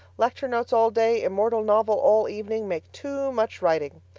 lecture notes all day, immortal novel all evening, make too much writing.